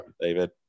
David